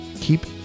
keep